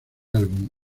álbum